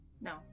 No